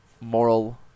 moral